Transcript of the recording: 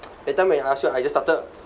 that time when I asked you I just started